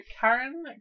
Karen